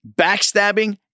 backstabbing